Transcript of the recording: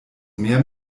mehr